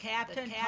Captain